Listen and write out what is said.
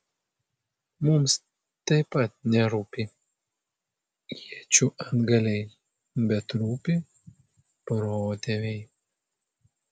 mums taip pat nerūpi iečių antgaliai bet rūpi protėviai